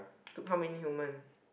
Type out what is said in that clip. took how many human